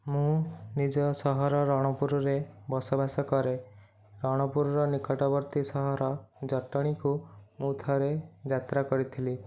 ମୁଁ ନିଜ ସହର ରଣପୁରରେ ବସବାସ କରେ ରଣପୁରୁର ନିକଟବର୍ତ୍ତୀ ସହର ଜଟଣୀକୁ ମୁଁ ଥରେ ଯାତ୍ରା କରିଥିଲି